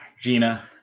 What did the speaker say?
Gina